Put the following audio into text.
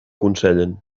aconsellen